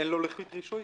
אין לו לוחית רישוי,